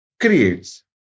creates